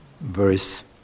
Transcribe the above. verse